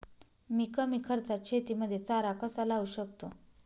मी कमी खर्चात शेतीमध्ये चारा कसा लावू शकतो?